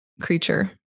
creature